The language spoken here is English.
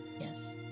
Yes